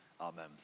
Amen